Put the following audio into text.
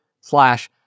slash